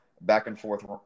Back-and-forth